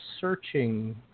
searching